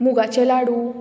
मुगाचे लाडू